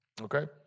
Okay